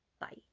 Bye